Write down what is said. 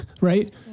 right